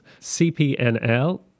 CPNL